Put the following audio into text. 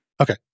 Okay